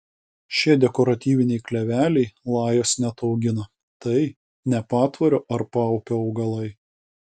šie dekoratyviniai kleveliai lajos neataugina tai ne patvorio ar paupio augalai